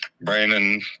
Brandon